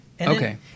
okay